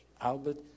Albert